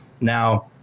Now